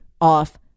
off